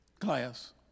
Class